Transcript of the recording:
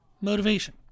motivation